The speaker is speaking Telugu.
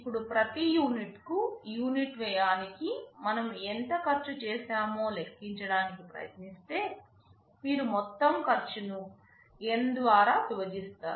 ఇప్పుడు ప్రతి యూనిట్కు యూనిట్ వ్యయానికి మనము ఎంత ఖర్చు చేశామో లెక్కించడానికి ప్రయత్నిస్తే మీరు మొత్తం ఖర్చును N ద్వారా విభజిస్తారు